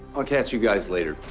i'll catch you guys later.